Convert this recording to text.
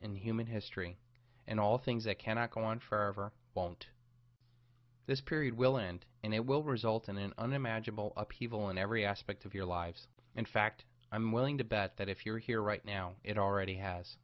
in human history and all things that cannot go on forever won't this period will end and it will result in an unimaginable upheaval in every aspect of your lives in fact i'm willing to bet that if you were here right now it already has